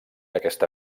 aquesta